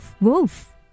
Wolf